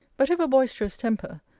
but if a boisterous temper,